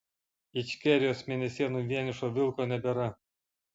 ičkerijos mėnesienų vienišo vilko nebėra